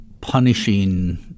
punishing